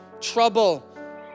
trouble